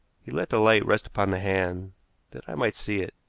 he let the light rest upon the hand that i might see it.